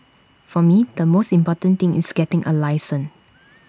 for me the most important thing is getting A license